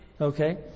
Okay